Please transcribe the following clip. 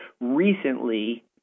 recently